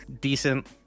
decent